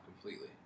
completely